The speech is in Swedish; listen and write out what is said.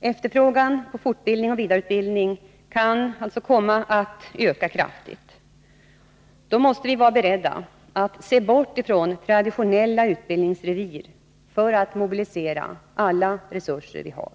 Efterfrågan på fortbildning och vidareutbildning kan komma att öka kraftigt. Då måste vi vara beredda att se bort från traditionella utbildningsrevir, för att mobilisera alla resurser vi har.